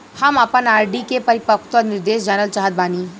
हम आपन आर.डी के परिपक्वता निर्देश जानल चाहत बानी